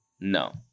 No